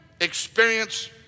experience